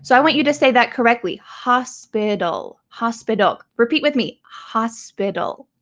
so i want you to say that correctly, hospital. hospital. repeat with me, hospital.